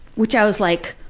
which i was like,